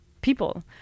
people